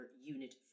Unit